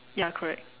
ya correct